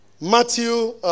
Matthew